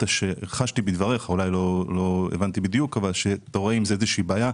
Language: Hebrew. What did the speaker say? חשתי בדבריך אולי לא הבנתי בדיוק שאתה רואה עם זה איזושהי בעיה.